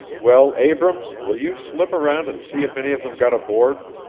well, abrams, will you slip around and see if any of them got aboard?